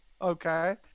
Okay